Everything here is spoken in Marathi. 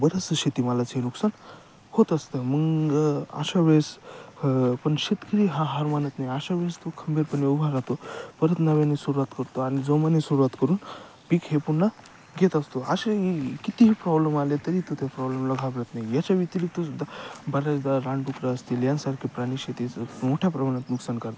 बरंचसं शेतीमालाचं हे नुकसान होत असतं मग अशावेेळेस पण शेतकरी हा हार मानत नाही अशावेेळेस तो खंबीरपणे उभा राहतो परत नव्याने सुरुवात करतो आणि जोमाने सुरुवात करून पीक हे पुन्हा घेत असतो असेही कितीही प्रॉब्लेम आले तरी तो ते प्रॉब्लेमला घाबरत नाही याच्या व्यतिरिक्तसुद्धा बऱ्याचदा रानडुकरं असतील यांसारखे प्राणी शेतीचं मोठ्या प्रमाणात नुकसान करतात